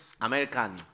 American